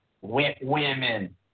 women